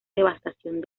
devastación